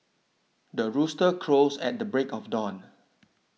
the rooster crows at the break of dawn